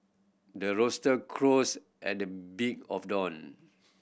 the rooster crows at the beat of dawn